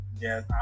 yes